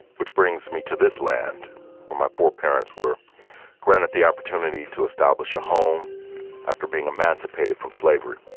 which brings me to this land where my poor parents were granted the opportunity to establish a home after being emancipated from slavery